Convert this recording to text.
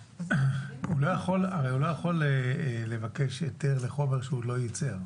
הרי הוא לא יכול לבקש היתר לחומר שהוא לא ייצר?